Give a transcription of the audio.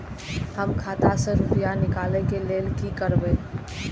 हम खाता से रुपया निकले के लेल की करबे?